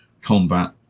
combat